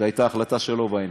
זו הייתה החלטה שלו בעניין.